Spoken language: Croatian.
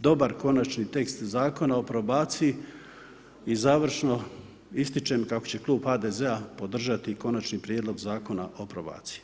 dobar konačni tekst zakona o probaciji i završno ističem kako će Klub HDZ-a podržati konačni prijedlog zakona o probaciji.